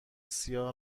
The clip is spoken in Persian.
سیاه